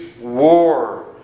war